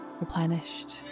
replenished